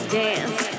dance